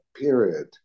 period